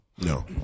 No